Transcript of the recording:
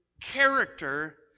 character